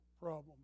problem